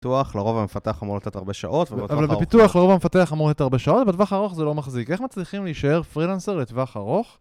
בפיתוח לרוב המפתח אמור לתת הרבה שעות. אבל בפיתוח לרוב המפתח אמור לתת הרבה שעות ולטווח ארוך זה לא מחזיק איך מצליחים להישאר פרילנסר לטווח ארוך?